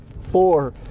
four